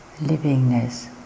livingness